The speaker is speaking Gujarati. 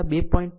5 2